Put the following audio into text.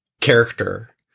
character